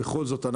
בכל זאת,